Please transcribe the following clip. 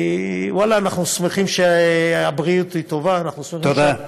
כי ואללה, אנחנו שמחים שהבריאות טובה, תודה.